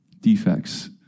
defects